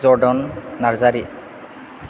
Jordan Narzary